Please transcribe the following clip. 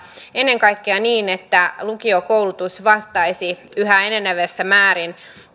ennen kaikkea niin että lukiokoulutus vastaisi yhä enenevässä määrin